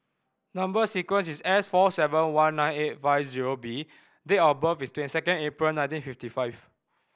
number sequence is S four seven one nine eight five zero B date of birth is twenty second April nineteen fifty five